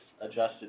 adjusted